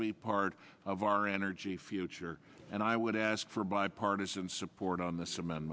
be part of our energy future and i would ask for bipartisan support on the cement